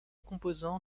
composant